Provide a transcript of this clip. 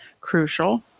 crucial